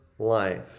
Life